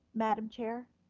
madam chair?